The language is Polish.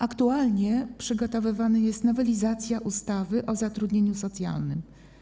Aktualnie przygotowywana jest nowelizacja ustawy o zatrudnieniu socjalnym.